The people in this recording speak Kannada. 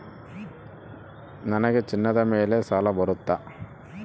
ನನಗೆ ಚಿನ್ನದ ಮೇಲೆ ಸಾಲ ಬರುತ್ತಾ?